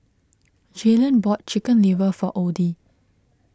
Jaylan bought Chicken Liver for Oddie